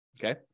Okay